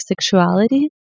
sexuality